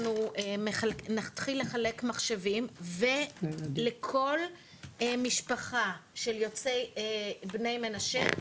אנחנו נתחיל לחלק מחשבים ולכל משפחה של בני מנשה,